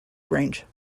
range